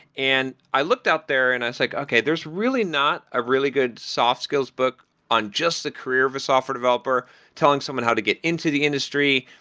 and i looked up there and i was like, okay, there's really not a really good soft skills book on just the career of a software developer telling someone how to get into the industry?